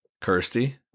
Kirsty